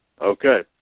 Okay